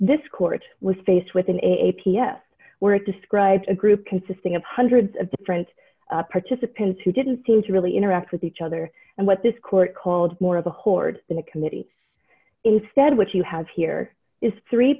this court was faced with an a p s where it describes a group consisting of hundreds of different participants who didn't seem to really interact with each other and what this court called more of a horde than a committee instead what you have here is three